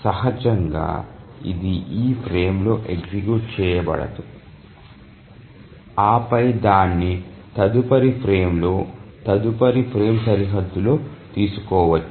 సహజంగానే ఇది ఈ ఫ్రేమ్లో ఎగ్జిక్యూట్ చేయబడదు ఆ పై దాన్ని తదుపరి ఫ్రేమ్లో తదుపరి ఫ్రేమ్ సరిహద్దులో తీసుకోవచ్చు